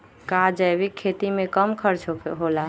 का जैविक खेती में कम खर्च होला?